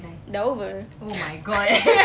dah over